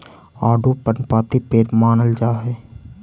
आडू पर्णपाती पेड़ मानल जा हई